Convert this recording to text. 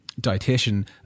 dietitian